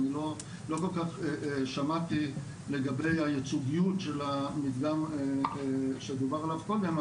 אני לא כל כך שמעתי לגבי הייצוגיות של המדגם שדובר עליו קודם,